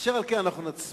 אשר על כן, אנחנו נצביע.